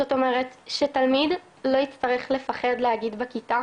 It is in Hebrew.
זאת אומרת שתלמיד לא יצטרך להגיד בכיתה,